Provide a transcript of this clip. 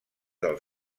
del